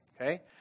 okay